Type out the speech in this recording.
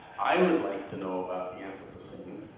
i would like to know about the anthropocene.